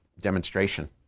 demonstration